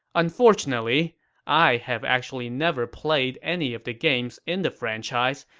unfortunately i have actually never played any of the games in the franchise,